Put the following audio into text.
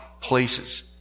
places